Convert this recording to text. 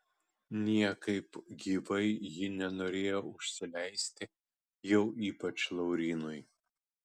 niekaip gyvai ji nenorėjo užsileisti jau ypač laurynui